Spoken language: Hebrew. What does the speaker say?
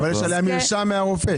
אבל יש עליה מרשם מהרופא.